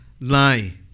lie